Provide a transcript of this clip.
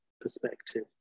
perspective